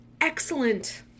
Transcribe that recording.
excellent